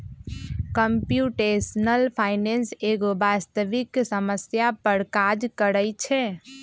computational finance एगो वास्तविक समस्या पर काज करइ छै